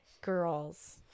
girls